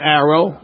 arrow